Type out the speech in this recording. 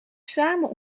samen